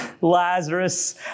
Lazarus